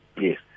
Yes